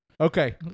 Okay